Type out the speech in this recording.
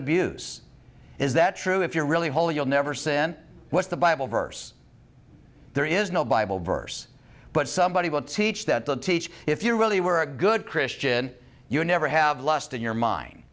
abuse is that true if you're really holy you'll never sin what's the bible verse there is no bible verse but somebody will teach that the teach if you really were a good christian you never have lust in your mind